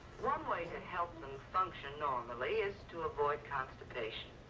one way to help them function normally is to avoid constipation.